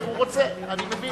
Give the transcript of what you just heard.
הוא רוצה, אני מבין.